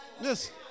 Yes